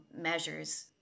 measures